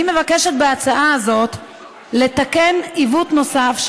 אני מבקשת בהצעה הזאת לתקן עיוות נוסף,